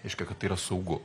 reiškia kad tai yra saugu